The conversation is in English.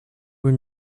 were